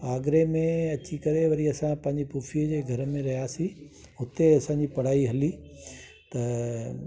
आगरे में अची करे वरी असां पंहिंजी फुफी जे घर में रहियासीं हुते असांजी पढ़ाई हली त